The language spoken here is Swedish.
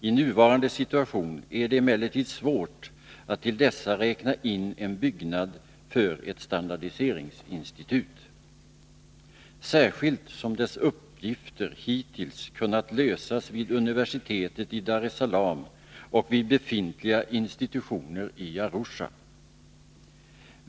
I nuvarande situation är det emellertid svårt att till dessa räkna in en byggnad för ett standardiseringsinstitut, särskilt som dess uppgifter hittills kunnat lösas vid universitetet i Dar es Salaam och vid befintliga institutioner i Arusha.